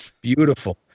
beautiful